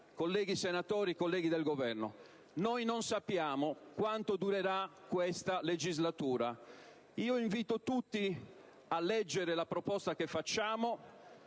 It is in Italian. Colleghi senatori, signori del Governo, non sappiamo quanto durerà questa legislatura; invito tutti a leggere la proposta che facciamo